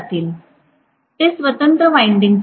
ते स्वतंत्र विंडिंग्ज आहेत